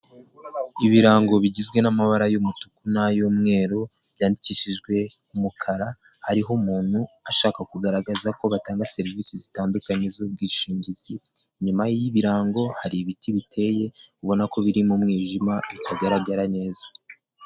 Ibirango bigizwe n'amabara y'umutuku n'ay'umweru, byandikishijwe umukara, hariho umuntu ashaka kugaragaza ko batanga serivisi zitandukanye z'ubwishingizi. Inyuma y'ibirango hari ibiti biteye, ubona ko biri mu mwijima bitagaragara neza.